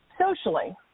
socially